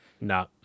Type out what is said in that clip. no